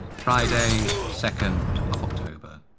friday second october.